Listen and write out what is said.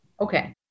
Okay